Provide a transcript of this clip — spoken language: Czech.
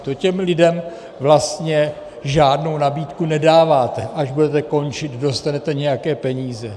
To těm lidem vlastně žádnou nabídku nedáváte až budete končit, dostanete nějaké peníze.